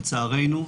לצערנו,